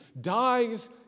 dies